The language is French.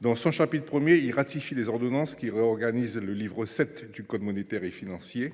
Dans son chapitre I, il vise à ratifier les ordonnances qui réorganisent le livre VII du code monétaire et financier,